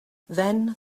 then